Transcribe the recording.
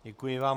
Děkuji vám.